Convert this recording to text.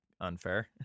unfair